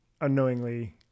unknowingly